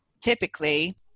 typically